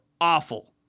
awful